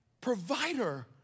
provider